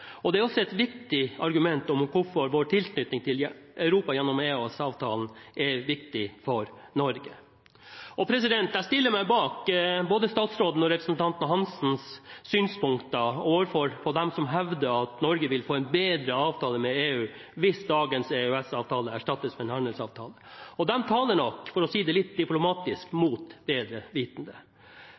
EU. Det er også et viktig argument om hvorfor vår tilknytning til Europa gjennom EØS-avtalen er viktig for Norge. Jeg stiller meg bak både statsrådens og representanten Hansens synspunkter om dem som hevder at Norge vil få en bedre avtale med EU hvis dagens EØS-avtale erstattes med en handelsavtale, og de taler nok – for å si det litt diplomatisk – mot bedre vitende.